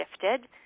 shifted